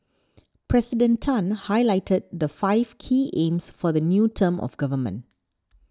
President Tan highlighted the five key aims for the new term of government